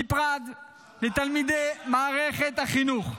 בפרט לתלמידי מערכת החינוך.